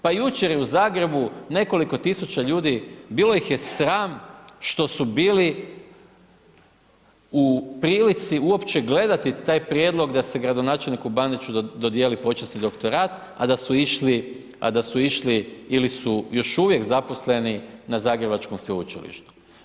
Pa jučer je u Zagrebu nekoliko tisuća ljudi, bilo ih je sram što su bili u prilici uopće gledati taj prijedlog da se gradonačelniku Bandiću dodijeli počasni doktorat, a da su išli ili su još uvije zaposleni na Zagrebačkom Sveučilištu.